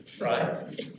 Right